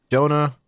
Jonah